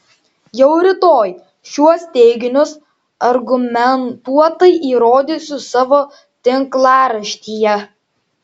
jau rytoj šiuos teiginius argumentuotai įrodysiu savo tinklaraštyje